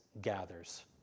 gathers